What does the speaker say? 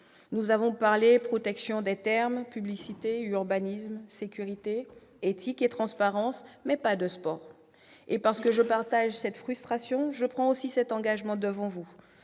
nous avons parlé protection des termes, publicité, urbanisme, sécurité, éthique et transparence, mais pas de sport ! Et parce que je partage cette frustration, je prends un engagement devant vous